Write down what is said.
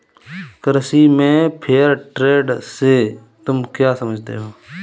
कृषि में fair trade से तुम क्या समझते हो?